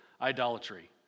idolatry